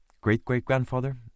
great-great-grandfather